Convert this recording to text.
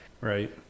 Right